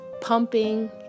pumping